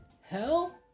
hell